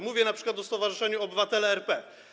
Mówię np. o stowarzyszeniu Obywatele RP.